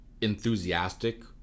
enthusiastic